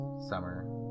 summer